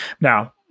now